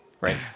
right